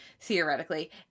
theoretically